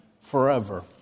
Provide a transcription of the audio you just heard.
Forever